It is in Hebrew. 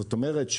זאת אומרת,